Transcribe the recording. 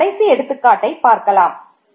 இதில் கடைசி எடுத்துக்காட்டை பார்க்கலாம்